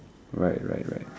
right right right